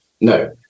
No